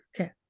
okay